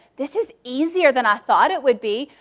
this is easier than i thought it would be.